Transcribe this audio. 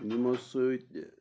یِمو سۭتۍ